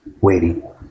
waiting